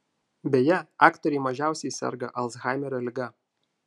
beje aktoriai mažiausiai serga alzhaimerio liga